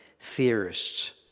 theorists